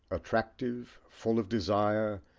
attractive, full of desire,